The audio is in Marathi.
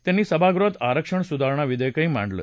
त्यांनी सभागृहात आरक्षण सुधारणा विधेयकही मांडलं